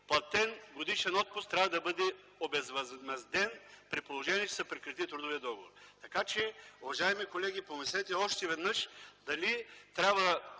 платен годишен отпуск трябва да бъде обезвъзмезден, при положение че се прекрати трудовият договор. Така че, уважаеми колеги, помислете още веднъж дали трябва